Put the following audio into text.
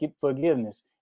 forgiveness